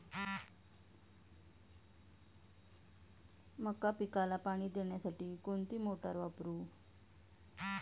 मका पिकाला पाणी देण्यासाठी कोणती मोटार वापरू?